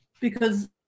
because-